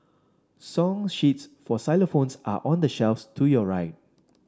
song sheets for xylophones are on the shelf to your right